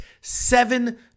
seven